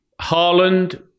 Harland